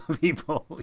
People